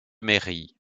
mairie